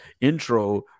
intro